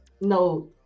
no